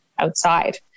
outside